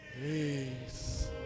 Peace